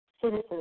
citizens